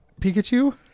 Pikachu